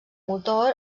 motor